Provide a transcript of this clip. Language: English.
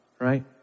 right